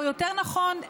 או יותר נכון,